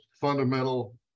fundamental